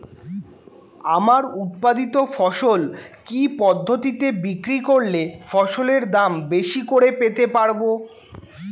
আমার উৎপাদিত ফসল কি পদ্ধতিতে বিক্রি করলে ফসলের দাম বেশি করে পেতে পারবো?